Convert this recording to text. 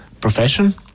profession